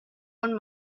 own